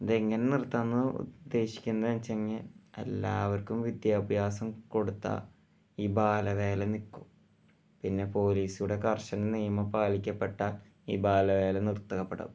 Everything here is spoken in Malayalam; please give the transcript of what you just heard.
ഇതെങ്ങനെ നിര്ത്താന്ന് ഉദ്ദേശിക്കുന്നത് വെച്ചെങ്കിൽ എല്ലാവര്ക്കും വിദ്യാഭ്യാസം കൊടുത്താൽ ഈ ബാലവേല നിൽക്കും പിന്നെ പോലീസ് ഇവിടെ കര്ശന നിയമം പാലിക്കപ്പെട്ടാൽ ഈ ബാലവേല നിര്ത്തപ്പെടാം